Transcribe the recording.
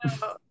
no